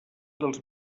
dels